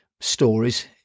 stories